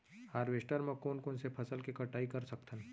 Harvester म कोन कोन से फसल के कटाई कर सकथन?